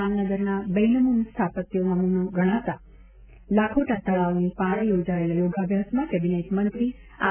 જામનગરમાં બેનમૂન સ્થાપત્યનો નમૂનો ગણાતા લાખોટા તળાવની પાળે યોજાયેલા યોગાભ્યાસમાં કેબિનેટ મંત્રી આર